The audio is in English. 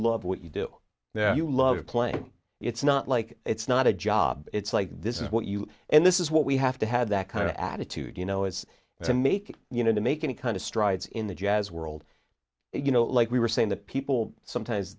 love what you do now you love to play it's not like it's not a job it's like this is what you and this is what we have to have that kind of attitude you know as to make you know to make any kind of strides in the jazz world you know like we were saying that people sometimes